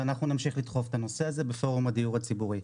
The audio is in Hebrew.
אנחנו נמשיך לדחוף את הנושא הזה בפורום הדיור הציבורי.